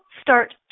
start